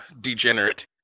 degenerate